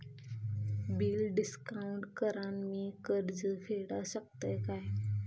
Bill discount करान मी कर्ज फेडा शकताय काय?